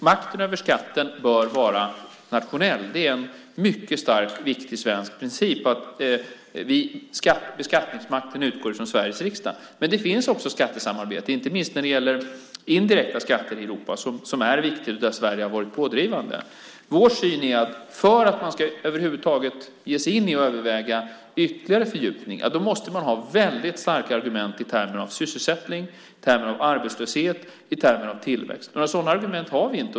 Makten över skatten bör vara nationell. Det är en mycket stark och viktig svensk princip att beskattningsmakten utgår från Sveriges riksdag. Men det finns också skattesamarbete. Det gäller inte minst indirekta skatter i Europa som är viktiga och där Sverige har varit pådrivande. Vår syn är att för att man över huvud taget ska ge sin in i och överväga ytterligare fördjupning måste man ha väldigt starka argument i termer av sysselsättning, arbetslöshet och tillväxt. Några sådana argument har vi inte.